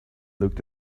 looked